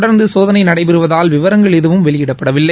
தொடர்ந்து சோதனை நடைபெறுவதால் விவரங்கள் எதுவும் வெளியிடப்படவில்லை